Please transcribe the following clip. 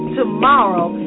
tomorrow